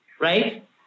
right